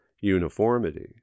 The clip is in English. uniformity